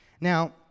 Now